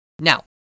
Now